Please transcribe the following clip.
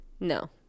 No